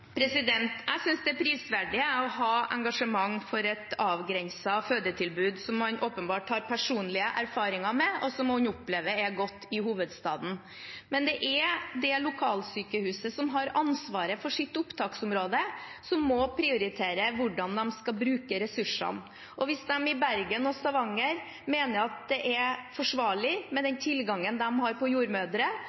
Jeg synes det er prisverdig at man har engasjement for et avgrenset fødetilbud, som man åpenbart har personlige erfaringer med, og som man opplever er godt i hovedstaden. Men det er det lokalsykehuset som har ansvaret for sitt opptaksområde, som må prioritere hvordan de skal bruke ressursene. Og hvis man i Bergen og Stavanger mener at det er forsvarlig, med den tilgangen de har på jordmødre,